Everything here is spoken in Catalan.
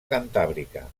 cantàbrica